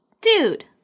Dude